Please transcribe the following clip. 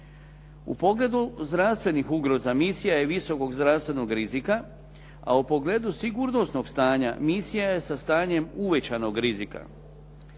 U pogledu zdravstvenih ugroza misija je visokog zdravstvenog rizika, a u pogledu sigurnosnog stanja misija je sa stanjem uvećanog rizika.